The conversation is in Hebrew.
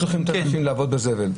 אנחנו לא שולחים את הנשים לעבוד בזבל.